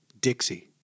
Dixie